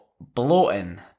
bloating